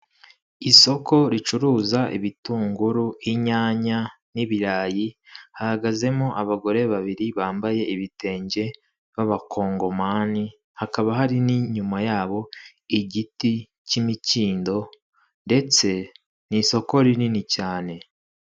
Isoko ricuruza ibitunguru, inyanya n'ibirayi, hahagazemo abagore babiri bambaye ibitenge b'abakongomani, hakaba hari n'inyuma yabo igiti cy'imikindo ndetse ni isoko rinini cyane.